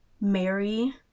Mary